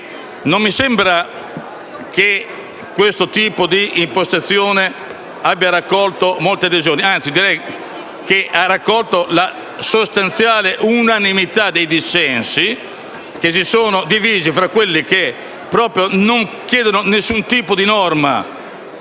non mi sembra che questo tipo d'impostazione abbia raccolto molte adesioni, anzi, direi che ha raccolto la sostanziale unanimità dei dissensi, che si sono divisi tra quanti non chiedono nessun tipo di norma